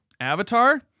Avatar